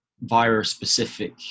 virus-specific